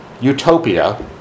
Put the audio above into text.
utopia